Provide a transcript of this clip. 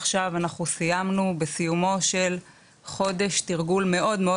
עכשיו אנחנו סיימנו בסיומו של חודש תרגול מאוד מאוד